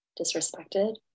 disrespected